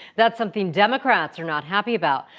that's something democrats are not happy about.